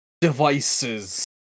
devices